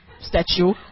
statue